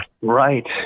Right